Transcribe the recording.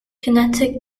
kinetic